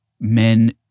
men